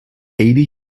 eighty